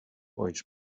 voice